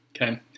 Okay